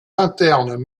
internes